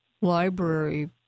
library